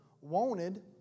wanted